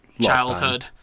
childhood